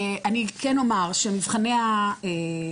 אני כן אומר שמבחני התמיכה,